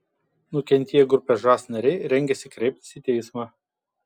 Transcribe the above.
nukentėję grupės žas nariai rengiasi kreiptis į teismą